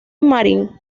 marin